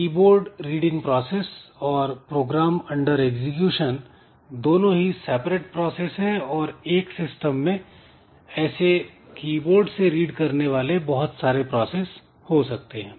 keyboard reading process और program under execution दोनों ही सेपरेट प्रोसेस है और एक सिस्टम में ऐसे कीबोर्ड से रीड करने वाले ऐसे बहुत सारे प्रोसेस हो सकते हैं